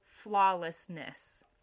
flawlessness